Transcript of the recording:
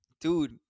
Dude